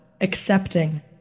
accepting